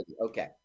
Okay